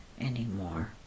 anymore